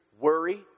worry